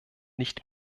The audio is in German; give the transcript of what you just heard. nicht